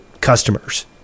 customers